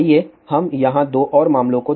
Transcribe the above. आइए हम यहाँ दो और मामलों को देखें